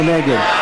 מי נגד?